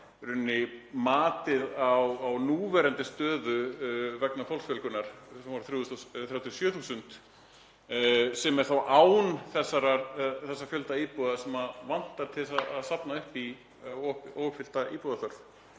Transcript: rauninni matið á núverandi stöðu vegna fólksfjölgunar sem voru 37.000, sem er þó án þessa fjölda íbúða sem vantar til þess að safna upp í óuppfyllta íbúðaþörf